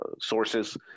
sources